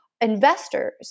Investors